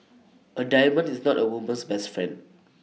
A diamond is not A woman's best friend